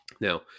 Now